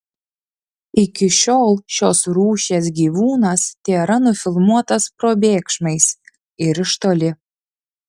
iki šiol šios rūšies gyvūnas tėra nufilmuotas probėgšmais ir iš toli